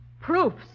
proofs